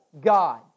God